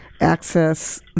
access